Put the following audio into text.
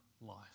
life